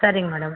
சரிங்க மேடம்